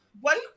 One